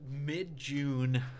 mid-June